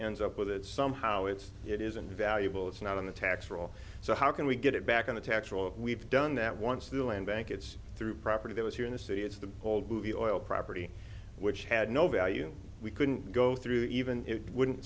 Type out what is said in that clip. ends up with it somehow it's it isn't valuable it's not on the tax rolls so how can we get it back on a textural we've done that once the land bank it's through property that was here in the city it's the old movie oil property which had no value we couldn't go through even it wouldn't